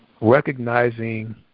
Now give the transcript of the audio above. recognizing